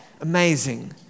Amazing